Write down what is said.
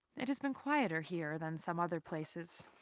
it has been quieter here than some other places,